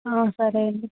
సరే అండి